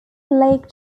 lake